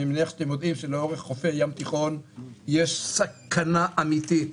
אני מניח שאתם יודעים שלאורך חופי ים תיכון יש סכנה אמיתית,